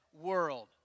world